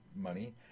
money